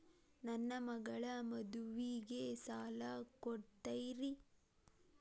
ನನ್ನ ಮಗಳ ಮದುವಿಗೆ ಸಾಲ ಕೊಡ್ತೇರಿ?